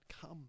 Come